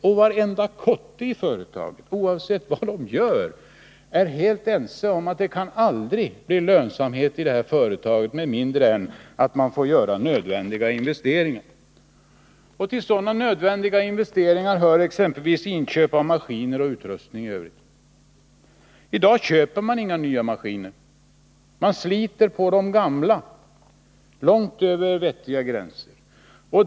Men varenda kotte i företaget vet, oavsett vad de gör, att det kan aldrig bli lönsamhet i företaget med mindre än att man gör nödvändiga investeringar. Till nödvändiga investeringar hör exempelvis inköp av maskiner och annan utrustning. I dag köper man inga nya maskiner. Man sliter på de gamla långt över vettiga gränser.